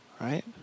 right